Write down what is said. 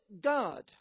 God